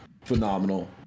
phenomenal